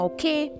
Okay